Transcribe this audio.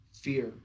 fear